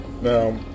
Now